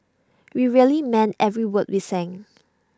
we really meant every word we sang